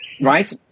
Right